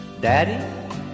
Daddy